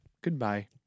Goodbye